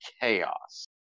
chaos